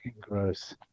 gross